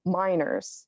minors